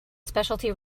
specialty